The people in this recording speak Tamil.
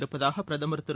இருப்பதாக பிரதமர் திரு